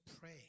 pray